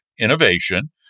Innovation